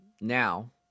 Now